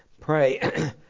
pray